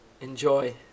Enjoy